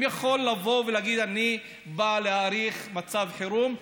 האם הוא יכול לבוא ולהגיד: אני בא להאריך מצב חירום,